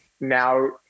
now